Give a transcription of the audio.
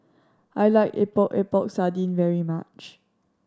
I like Epok Epok Sardin very much